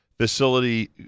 facility